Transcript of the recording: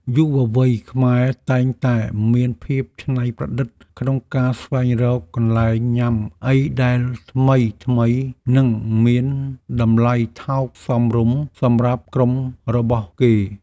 យុវវ័យខ្មែរតែងតែមានភាពច្នៃប្រឌិតក្នុងការស្វែងរកកន្លែងញ៉ាំអីដែលថ្មីៗនិងមានតម្លៃថោកសមរម្យសម្រាប់ក្រុមរបស់គេ។